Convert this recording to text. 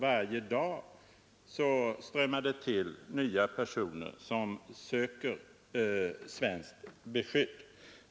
Varje dag strömmar det till nya personer som söker svenskt beskydd.